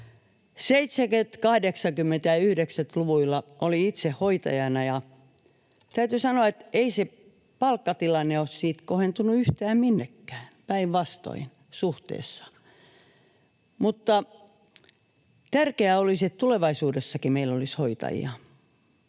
70-, 80- ja 90-luvuilla olin itse hoitajana, ja täytyy sanoa, että ei se palkkatilanne ole siitä kohentunut yhtään minnekään, päinvastoin suhteessa. Tärkeää olisi, että tulevaisuudessakin meillä olisi hoitajia.